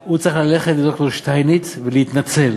הוא צריך ללכת לד"ר שטייניץ ולהתנצל.